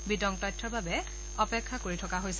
বিতং তথ্যৰ বাবে অপেক্ষা কৰি থকা হৈছে